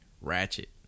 ratchet